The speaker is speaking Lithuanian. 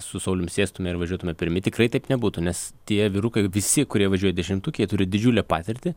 su saulium sėstumėme ir važiuotume pirmi tikrai taip nebūtų nes tie vyrukai visi kurie važiuoja dešimtuke jie turi didžiulę patirtį